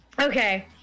Okay